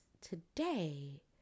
today